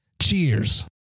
Cheers